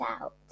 out